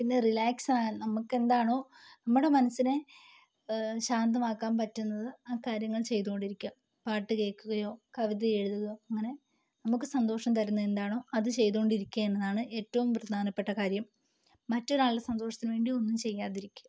പിന്നെ റിലാക്സ് ആകാൻ നമുക്കെന്താണോ നമ്മുടെ മനസ്സിനെ ശാന്തമാക്കാൻ പറ്റുന്നത് ആ കാര്യങ്ങൾ ചെയ്തുകൊണ്ടിരിക്കുക പാട്ടു കേൾക്കുകയോ കവിത എഴുതുകയോ അങ്ങനെ നമുക്ക് സന്തോഷം തരുന്ന എന്താണോ അത് ചെയ്തുകൊണ്ടിരിക്കുക എന്നതാണ് ഏറ്റവും പ്രധാനപ്പെട്ട കാര്യം മറ്റൊരാളുടെ സന്തോഷത്തിനു വേണ്ടി ഒന്നും ചെയ്യാതിരിക്കുക